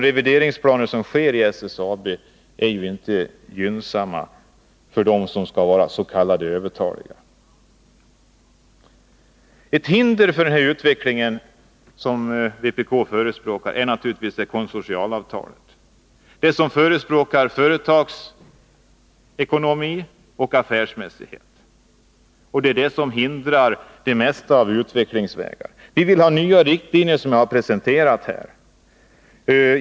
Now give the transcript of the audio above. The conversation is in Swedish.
Revideringsplanerna inom SSAB är ju inte gynnsamma för dem som är, som det heter, övertaliga. Ett hinder för den utveckling som vpk förespråkar är naturligtvis konsortialavtalet, där man talar för företagsekonomi och affärsmässighet. Detta hindrar det mesta när det gäller utvecklingen. Vi vill ha de nya riktlinjer som jag har presenterat här.